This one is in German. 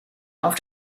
auf